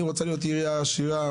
אני רוצה להיות עירייה עשירה,